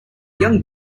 young